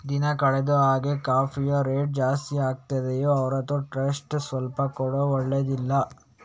ದಿನ ಕಳೆದ ಹಾಗೇ ಕಾಫಿಯ ರೇಟು ಜಾಸ್ತಿ ಆಗ್ತಿದೆಯೇ ಹೊರತು ಟೇಸ್ಟ್ ಸ್ವಲ್ಪ ಕೂಡಾ ಒಳ್ಳೇದಿಲ್ಲ